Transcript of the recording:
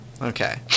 Okay